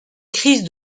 crise